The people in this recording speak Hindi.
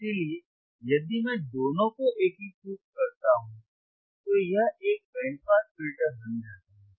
इसलिए यदि मैं दोनों को एकीकृत करता हूं तो यह एक बैंड पास फिल्टर बन जाता है